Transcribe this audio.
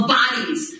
bodies